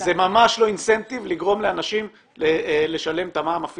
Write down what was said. זה ממש לא אינסנטיב לגרום לאנשים לשלם את המע"מ.